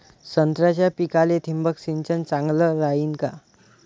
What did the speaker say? संत्र्याच्या पिकाले थिंबक सिंचन चांगलं रायीन का?